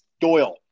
Doyle